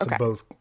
Okay